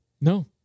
No